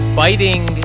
biting